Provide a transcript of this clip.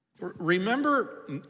Remember